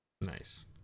Nice